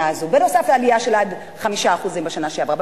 בשנה הזאת, בנוסף לעלייה של עד 5% בשנה שעברה.